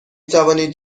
توانید